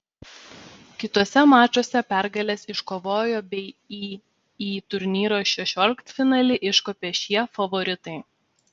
kituose mačuose pergales iškovojo bei į į turnyro šešioliktfinalį iškopė šie favoritai